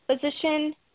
position